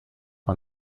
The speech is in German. man